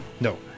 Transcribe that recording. No